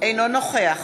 אינו נוכח